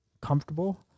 comfortable